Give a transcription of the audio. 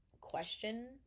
question